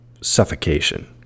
Suffocation